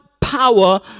power